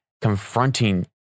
confronting